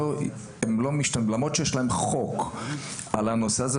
למרות שיש לה חוק בנושא הזה.